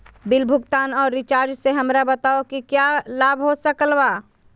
Bill भुगतान और recharge से हमरा बताओ कि क्या लाभ हो सकल बा?